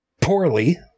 poorly